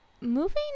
Moving